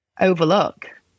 overlook